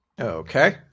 Okay